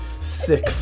Sick